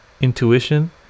intuition